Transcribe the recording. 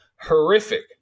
horrific